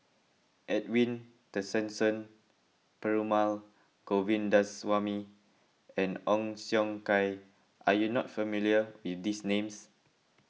Edwin Tessensohn Perumal Govindaswamy and Ong Siong Kai are you not familiar with these names